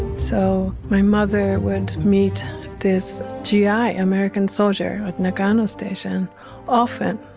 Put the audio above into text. so my mother would meet this g i. american soldier at nagano station often,